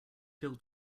pill